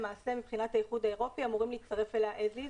למעשה מבחינת האיחוד האירופי אמורים להצטרף אליה as is.